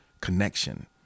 connection